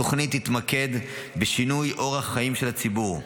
התוכנית תתמקד בשינוי אורח החיים של הציבור,